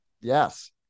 yes